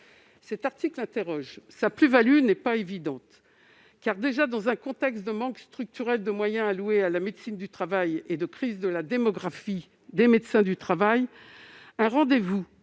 Cet article pose question, car sa plus-value n'est pas évidente. Dans un contexte de manque structurel de moyens alloués à la médecine du travail et de crise de la démographie des médecins du travail, on sait très